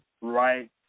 right